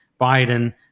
Biden